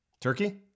turkey